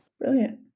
brilliant